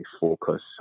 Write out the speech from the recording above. focus